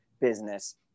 business